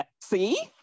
See